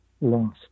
loss